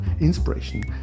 inspiration